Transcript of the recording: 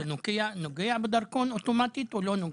זה נוגע בדרכון אוטומטית או לא?